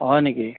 হয় নেকি